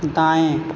दाएं